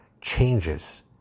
changes